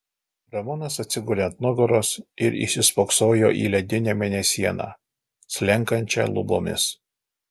ramonas atsigulė ant nugaros ir įsispoksojo į ledinę mėnesieną slenkančią lubomis